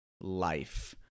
life